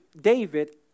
David